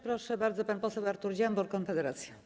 Proszę bardzo, pan poseł Artur Dziambor, Konfederacja.